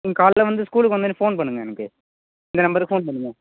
நீங்க காலையில் வந்து ஸ்கூலுக்கு வந்தோடன்னே ஃபோன் பண்ணுங்கள் எனக்கு இந்த நம்பருக்கு ஃபோன் பண்ணுங்க